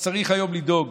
צריך לדאוג